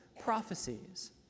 prophecies